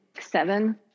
seven